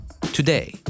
Today